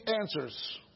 answers